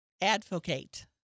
advocate